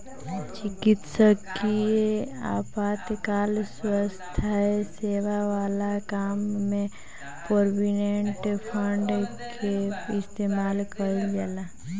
चिकित्सकीय आपातकाल स्वास्थ्य सेवा वाला काम में प्रोविडेंट फंड के इस्तेमाल कईल जाला